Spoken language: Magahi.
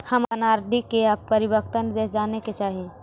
हम अपन आर.डी के परिपक्वता निर्देश जाने के चाह ही